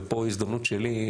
ופה הזדמנות שלי,